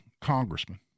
congressman